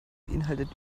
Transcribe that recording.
beeinhaltet